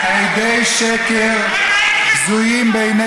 מיקי לוי, תצא בבקשה.